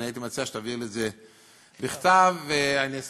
אני הייתי מציע שתעביר לי את זה בכתב.